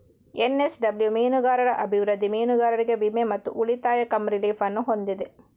NSW ಮೀನುಗಾರರ ಅಭಿವೃದ್ಧಿ, ಮೀನುಗಾರರಿಗೆ ವಿಮೆ ಮತ್ತು ಉಳಿತಾಯ ಕಮ್ ರಿಲೀಫ್ ಅನ್ನು ಹೊಂದಿದೆ